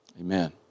Amen